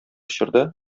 чорда